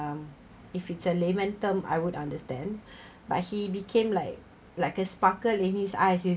uh if it's a layman term I would understand but he became like like a sparkle ladies eyes